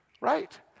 right